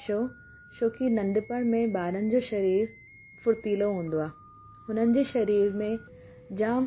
छो छोकी नंढपण में ॿारनि जो शरीर फुर्तीलों हूंदो आहे हुननि जे शरीर में जाम